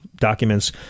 documents